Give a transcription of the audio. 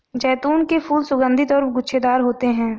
जैतून के फूल सुगन्धित और गुच्छेदार होते हैं